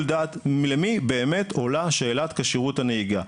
דעת למי באמת עולה שאלת כשירות הנהיגה.